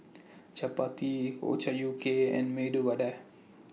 Chapati Ochazuke and Medu Vada